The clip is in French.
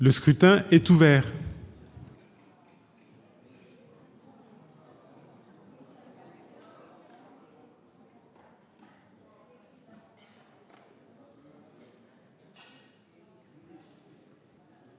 Le scrutin est ouvert.